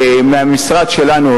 מהמשרד שלנו,